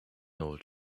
old